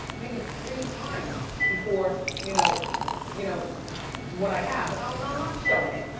maybe three times before, you know you know what i have and i'm not not showing it.